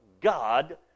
God